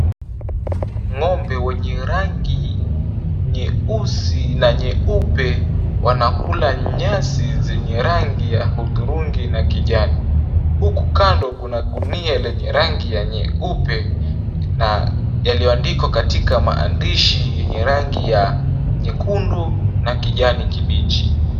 Ng'ombe wenye rangi nyeusi na nyeupe wanakula nyasi zenye rangi ya hudhurungi na kijani. Huku kando kuna gunia lenye rangi ya nyeupe, na yaliyoandikwa katika maandishi yenye rangi ya nyekundu na kijani kibichi.